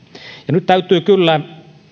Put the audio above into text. nyt täytyy kyllä